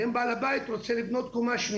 מה שקורה הוא שאז אומרים לך,